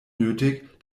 nötig